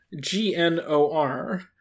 G-N-O-R